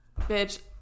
bitch